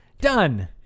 Done